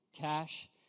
cash